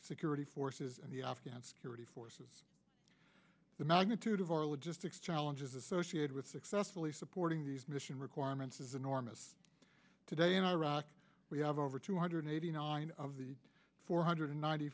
security forces and the afghan security forces the magnitude of our logistics challenges associated with successfully supporting these mission requirements is enormous today in iraq we have over two hundred eighty nine of the four hundred ninety